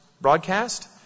broadcast